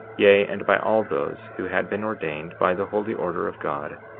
yea, and by all those who had been ordained by the holy order of god,